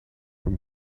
from